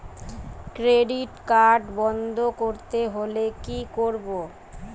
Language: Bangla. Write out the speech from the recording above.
ক্রেডিট কার্ড বন্ধ করতে হলে কি করব?